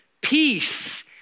peace